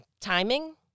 timing